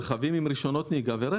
רכבים עם רישיונות נהיגה ורכב.